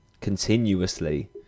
continuously